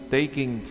taking